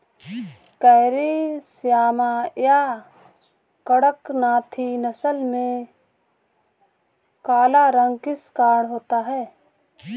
Carry Shyama या कड़कनाथी नस्ल में काला रंग किस कारण होता है?